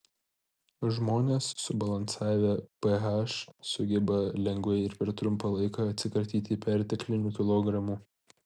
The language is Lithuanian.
žmonės subalansavę ph sugeba lengvai ir per trumpą laiką atsikratyti perteklinių kilogramų